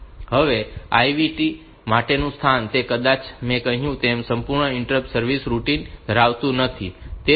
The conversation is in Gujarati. હવે IVT માટેનું સ્થાન તે કદાચ મેં કહ્યું તેમ સંપૂર્ણ ઇન્ટરપ્ટ સર્વિસ રૂટિન ધરાવતું નથી